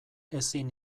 ezin